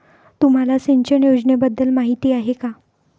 तुम्हाला सिंचन योजनेबद्दल माहिती आहे का?